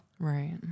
Right